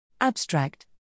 Abstract